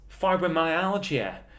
fibromyalgia